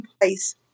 place